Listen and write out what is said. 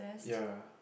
ya